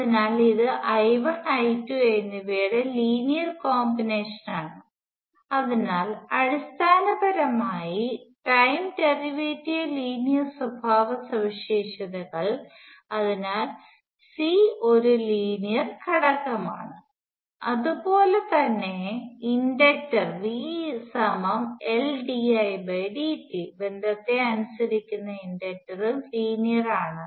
അതിനാൽ ഇത് I1 I2 എന്നിവയുടെ ലീനിയർ കോമ്പിനേഷനാണ് അതിനാൽ അടിസ്ഥാനപരമായി ടൈം ഡെറിവേറ്റീവ് ലീനിയർ സ്വഭാവസവിശേഷതകൾ അതിനാൽ C ഒരു ലീനിയർ ഘടകമാണ് അതുപോലെ തന്നെ ഇണ്ടക്ടർ VLdIdt ബന്ധത്തെ അനുസരിക്കുന്ന ഇൻഡക്റ്റർ ഉം ലീനിയർ ആണ്